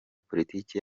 politike